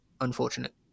unfortunate